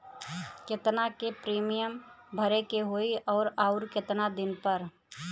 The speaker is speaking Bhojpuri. केतना के प्रीमियम भरे के होई और आऊर केतना दिन पर?